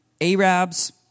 Arabs